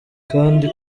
kandi